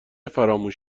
فراموش